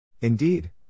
Indeed